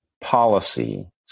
policy